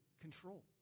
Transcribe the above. control